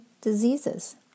diseases